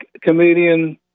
comedian